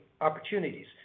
opportunities